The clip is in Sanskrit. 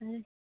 ह्म्